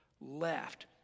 left